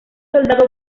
soldado